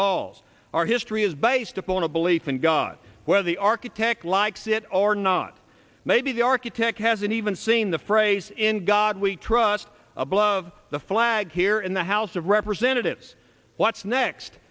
halls our history is based upon a belief in god whether the architect likes it or not maybe the architect hasn't even seen the phrase in god we trust above the flag here in the house of representatives what's next